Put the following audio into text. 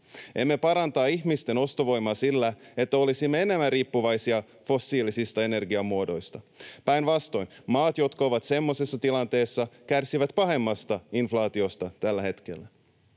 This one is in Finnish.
Emme paranna ihmisten ostovoimaa sillä, että olisimme enemmän riippuvaisia fossiilisista energiamuodoista. Päinvastoin, maat, jotka ovat semmoisessa tilanteessa, kärsivät pahemmasta inflaatiosta tällä hetkellä.